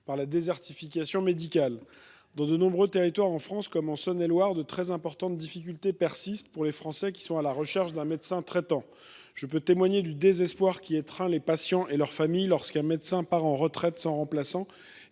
par la désertification médicale. Dans de nombreux territoires de notre pays comme de mon département de Saône et Loire, de très importantes difficultés persistent pour les Français qui sont à la recherche d’un médecin traitant. Je peux témoigner du désespoir qui étreint les patients et leurs familles lorsqu’un médecin prend sa retraite sans remplaçant